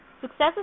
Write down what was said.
Successes